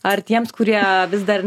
ar tiems kurie vis dar